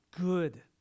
good